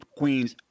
queens